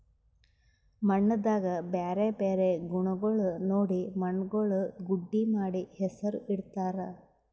ಮಣ್ಣದಾಗ್ ಬ್ಯಾರೆ ಬ್ಯಾರೆ ಗುಣಗೊಳ್ ನೋಡಿ ಮಣ್ಣುಗೊಳ್ ಗುಡ್ಡಿ ಮಾಡಿ ಹೆಸುರ್ ಇಡತ್ತಾರ್